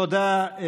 תודה.